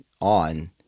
on